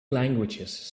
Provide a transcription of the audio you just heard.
languages